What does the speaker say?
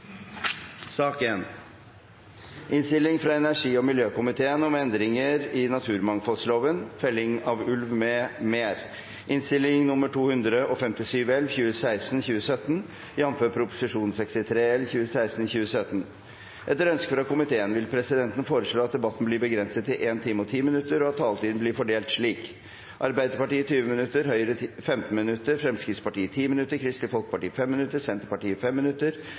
sak nr. 6. Etter ønske fra næringskomiteen vil presidenten foreslå at debatten blir begrenset til 1 time og 45 minutter, og at taletiden blir fordelt slik på gruppene: Arbeiderpartiet 20 minutter, Høyre 15 minutter, Fremskrittspartiet 10 minutter, Kristelig Folkeparti 10 minutter, Senterpartiet 10 minutter,